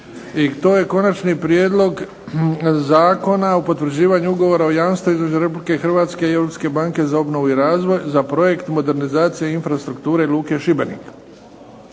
na Konačni prijedlog zakona o potvrđivanja ugovora o jamstvu između Republike Hrvatske i Europske banke za obnovu razvoj za "Projekt modernizacije infrastrukture Luke Šibenik",